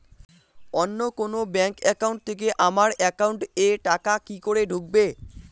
অন্য কোনো bank account থেকে আমার একাউন্ট এ টাকা কি করে ঢুকবে?